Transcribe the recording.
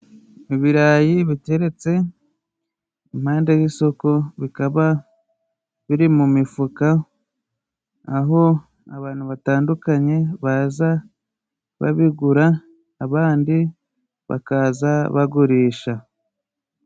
Ibirayi biteretse impande y'isoko, bikaba biri mu mifuka aho abantu batandukanye baza babigura, abandi bakaza bagurisha.